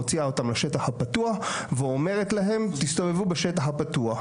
מוציאה אותם לשטח הפתוח ואומרת להם 'תסתובבו בשטח הפתוח'.